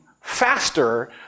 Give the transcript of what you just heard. faster